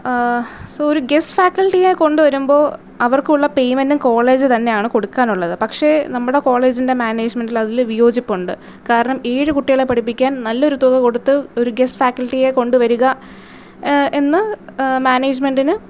so ഒരു guest ഫാക്കൽറ്റിയെ കൊണ്ടുവരുമ്പോൾ അവർക്കുള്ള പേമെൻടും കോളേജ് തന്നെയാണ് കൊടുക്കാറുള്ളത് പക്ഷെ നമ്മുടെ കോളേജിൻ്റെ മാനേജ്മെൻ്റിൽ അതിന് വിയോജിപ്പുണ്ട് കാരണം ഏഴ് കുട്ടികളെ പഠിപ്പിക്കാൻ നല്ലൊരു തുക കൊടുത്ത് ഒരു ഗെസ്റ്റ് ഫാക്കൽറ്റിയെ കൊണ്ടു വരിക എന്ന് മാനേജ്മെൻ്റിന്